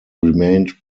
remained